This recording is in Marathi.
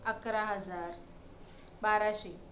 अकरा हजार बाराशे